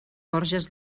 borges